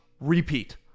repeat